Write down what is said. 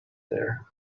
there